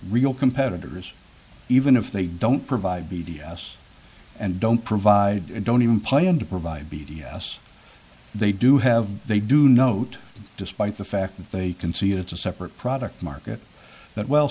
real competitors even if they don't provide b d s and don't provide don't even plan to provide b d s they do have they do note despite the fact that they can see that it's a separate product market that well